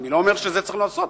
אני לא אומר שאת זה צריך לעשות.